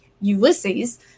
Ulysses